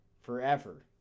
forever